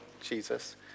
Jesus